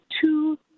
two